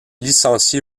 licenciée